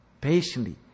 Patiently